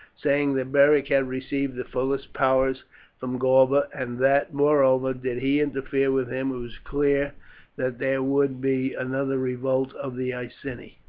saying that beric had received the fullest powers from galba, and that, moreover, did he interfere with him it was clear that there would be another revolt of the iceni.